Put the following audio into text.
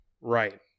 right